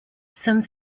some